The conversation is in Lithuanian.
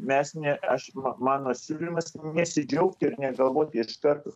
mes ne aš ma mano siūlymas nesidžiaugti ir negalvoti iš karto